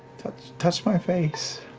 touch touch my face.